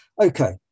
Okay